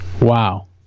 Wow